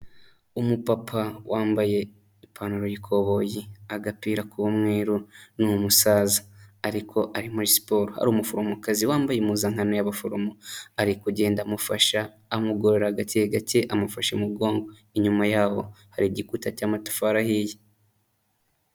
Umupapa wambaye ipantaro y'ikoboyi, agapira k'umweru ni umusaza ariko ari muri siporo, hari umuforomokazi wambaye impuzankanana y'abaforomo ari kugenda amufasha amugororera agake gake, amufashe mu mugongo, inyuma yaho hari igikuta cy'amatafari ahiye.